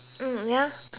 hmm yup